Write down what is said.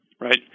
right